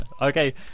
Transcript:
Okay